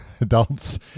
adults